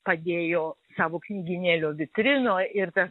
padėjo savo knygynėlio vitrinoj ir tas